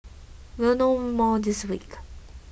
we'll know more this week